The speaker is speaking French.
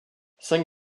cinq